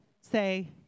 say